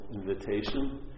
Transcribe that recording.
invitation